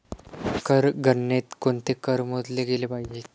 कर गणनेत कोणते कर मोजले गेले पाहिजेत?